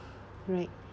right